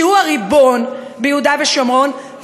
שהוא הריבון ביהודה ושומרון,